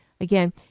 again